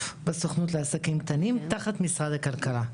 בסוכנות לעסקים קטנים תחת משרד הכלכלה.